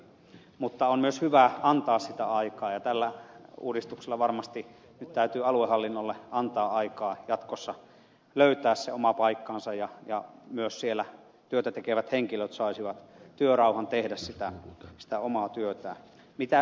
mutta on myös hyvä antaa sitä aikaa ja tällä uudistuksella varmasti nyt täytyy aluehallinnolle antaa aikaa jatkossa löytää se oma paikkansa ja myös siellä työtä tekevät henkilöt tarvitsevat työrauhan tehdä sitä omaa työtään